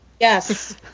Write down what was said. Yes